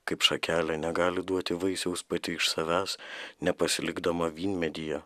kaip šakelė negali duoti vaisiaus pati iš savęs nepasilikdama vynmedyje